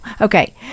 Okay